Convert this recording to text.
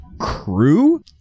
Crew